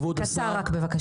כבוד השר --- רק קצר בבקשה.